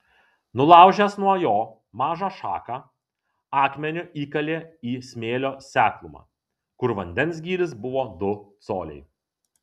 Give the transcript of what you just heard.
nulaužęs nuo jo mažą šaką akmeniu įkalė į smėlio seklumą kur vandens gylis buvo du coliai